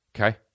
Okay